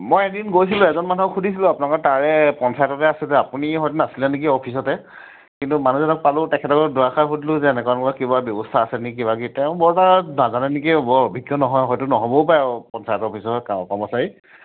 মই এদিন গৈছিলোঁ এজন মানুহক সুধিছিলোঁ আপোনালোকৰ তাৰে পঞ্চায়ততে আছে যে আপুনি হয়তো নাছিলে নেকি অফিচতে কিন্তু মানুহজনক পালোঁ তেখেতক দুআষাৰ সুধিলোঁ যে এনেকুৱা এনেকুৱা কিবা ব্যৱস্থা আছে নি কিবাকিবি তেওঁ বৰ এটা নাজানে নেকি বৰ অভিজ্ঞ নহয় হয়তো নহ'বও পাৰে আৰু পঞ্চায়ত অফিচৰ কৰ্মচাৰী